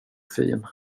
fin